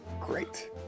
Great